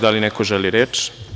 Da li neko želi reč?